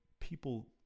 people